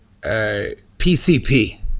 PCP